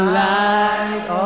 light